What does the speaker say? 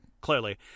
clearly